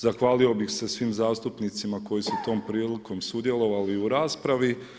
Zahvalio bih se svim zastupnicima koji su tom prilikom sudjelovali u raspravi.